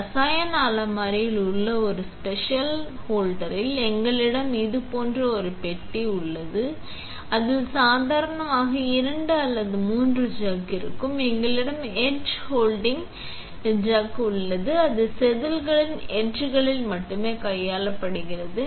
ரசாயன அலமாரியில் உள்ள ஒரு ஸ்பெஷல் ஹோல்டரில் எங்களிடம் இது போன்ற ஒரு பெட்டி உள்ளது அதில் சாதாரணமாக 2 அல்லது 3 சக் இருக்கும் எங்களிடம் எட்ச் ஹேண்ட்லிங் சக் உள்ளது அது செதில்களின் எட்ச்சில் மட்டுமே கையாளப்படுகிறது